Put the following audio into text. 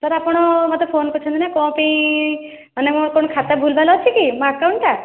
sir ଆପଣ ମୋତେ phone କରିଛନ୍ତି ନା କ'ଣ ପାଇଁ ମାନେ ଆଉ କ'ଣ ଖାତା ଭୁଲ୍ ଭାଲ୍ ଅଛି କି ମୋ ଆକାଉଣ୍ଟ୍ଟା